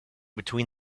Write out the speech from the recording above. between